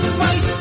right